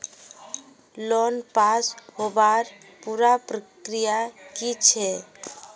Loan पास होबार पुरा प्रक्रिया की छे?